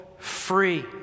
free